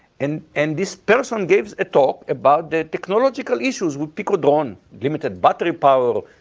and and this person gave us a talk about the technological issues with pico drone limited battery power,